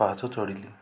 ପାହାଚ ଚଢ଼ିଲି